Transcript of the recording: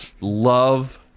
love